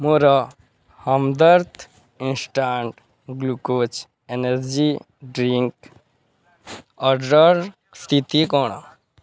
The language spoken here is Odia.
ମୋର Hamdard instant glucose energy drink ଅର୍ଡ଼ର୍ର ସ୍ଥିତି କ'ଣ